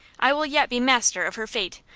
i will yet be master of her fate,